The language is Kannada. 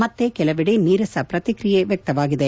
ಮತ್ತೆ ಕೆಲವೆಡೆ ನೀರಸ ಪ್ರಕ್ರಿಯೆ ವ್ಯಕ್ತವಾಗಿದೆ